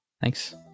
Thanks